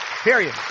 Period